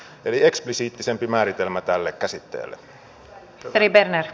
eli eksplisiittisempi määritelmä tälle käsitteelle